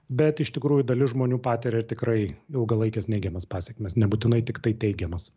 bet iš tikrųjų dalis žmonių patiria tikrai ilgalaikes neigiamas pasekmes nebūtinai tiktai teigiamas